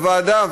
לוועדה,